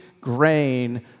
grain